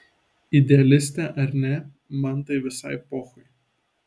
idealistė ar ne man tai visai pochui